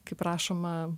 kaip rašoma